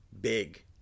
big